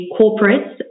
corporates